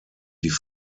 die